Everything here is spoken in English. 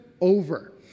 over